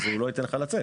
אז הוא לא ייתן לך לצאת.